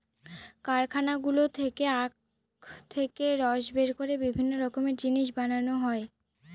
কারখানাগুলো থেকে আখ থেকে রস বের করে বিভিন্ন রকমের জিনিস বানানো হয়